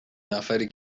نفری